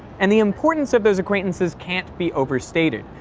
and the importance of those acquaintances can't be overstated.